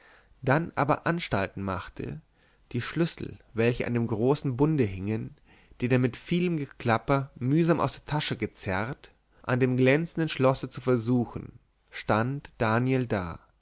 dann aber anstalt machte die schlüssel welche an dem großen bunde hingen den er mit vielem geklapper mühsam aus der tasche gezerrt an dem glänzenden schlosse zu versuchen stand daniel da